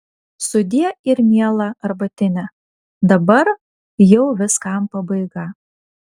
sudie ir miela arbatine dabar jau viskam pabaiga